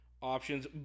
options